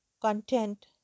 content